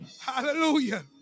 Hallelujah